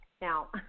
Now